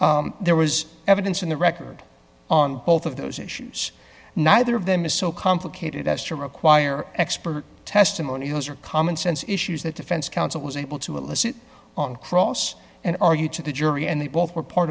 t there was evidence in the record on both of those issues neither of them is so complicated as to require expert testimony those are common sense issues that defense counsel was able to elicit on cross and argued to the jury and they both were part